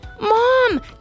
Mom